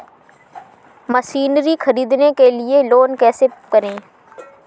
Machinery ख़रीदने के लिए लोन कैसे करें?